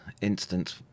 instance